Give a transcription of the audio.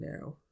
now